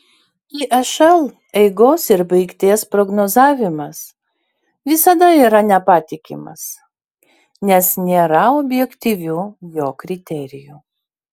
išl eigos ir baigties prognozavimas visada yra nepatikimas nes nėra objektyvių jo kriterijų